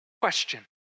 Question